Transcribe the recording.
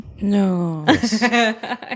No